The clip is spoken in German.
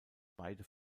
beide